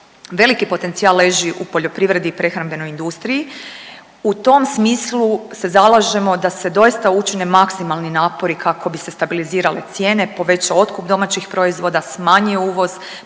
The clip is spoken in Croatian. Veliki potencijal leži u poljoprivredi i prehrambenoj industriji, u tom smislu se zalažemo da se doista učine maksimalni napori kako bi se stabilizirale cijene, povećao otkup domaćih proizvoda, smanjio uvoz,